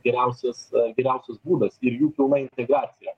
geriausias geriausias būdas ir jų pilna integracija